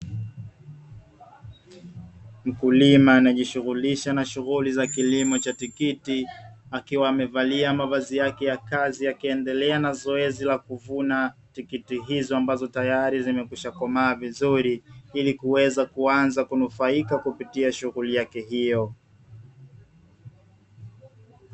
Mkulima anajishughulisha na shughuli za kilimo cha tikiti. Akiwa amevalia mavazi yake ya kazi akiendelea na zoezi la kuvuna tikiti hizo, ambazo tayari zimekwishakomaa vizuri ili kuweza kuanza kunufaika kupitia shughuli yake hiyo.